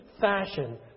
fashion